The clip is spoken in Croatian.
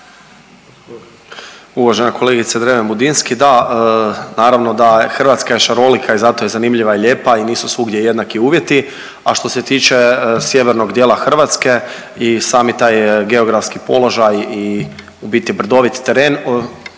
Uvažena kolegice Dreven Budinski, da, naravno da Hrvatska je šarolika i zato je zanimljiva i lijepa i nisu svugdje jednaki uvjeti. A što se tiče sjevernog dijela Hrvatske i sami taj geografski položaj i u biti brdovit teren